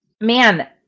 man